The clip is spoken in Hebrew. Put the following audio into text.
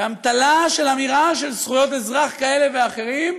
באמתלה של אמירה של זכויות אזרח כאלה ואחרות,